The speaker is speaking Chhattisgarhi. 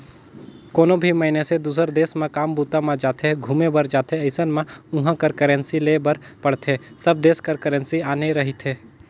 कोनो भी मइनसे दुसर देस म काम बूता म जाथे, घुमे बर जाथे अइसन म उहाँ कर करेंसी लेय बर पड़थे सब देस कर करेंसी आने रहिथे